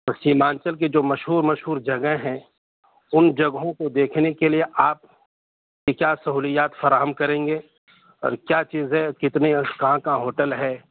اور سیمانچل کی جو مشہور مشہور جگہیں ہیں ان جگہوں کو دیکھنے کے لیے آپ کیا سہولیات فراہم کریں گے اور کیا چیزیں کتنی اور کہاں کہاں ہوٹل ہے